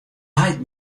leit